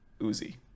Uzi